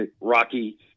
rocky